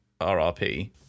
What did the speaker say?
RRP